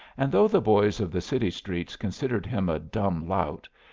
and though the boys of the city streets considered him a dumb lout,